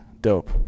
dope